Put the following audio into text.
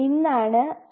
ഇന്നാണ് ലക്ച്ചർ 1